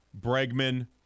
Bregman